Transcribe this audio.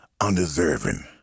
undeserving